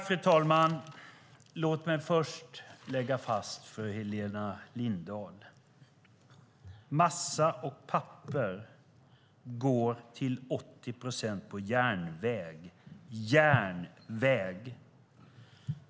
Fru talman! Låt mig först slå fast att massa och papper till 80 procent går på järnväg. Järnväg, Helena Lindahl!